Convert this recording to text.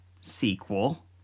sequel